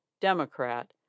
Democrat